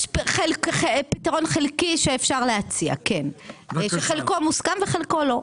יש פתרון חלקי שאפשר להציע, חלקו מוסכם וחלקו לא.